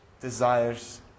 desires